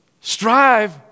strive